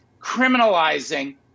criminalizing